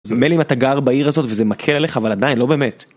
אז מילא אם אתה גר בעיר הזאת וזה מקל עליך, אבל עדיין, לא באמת.